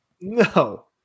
No